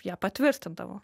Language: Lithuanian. ją patvirtindavo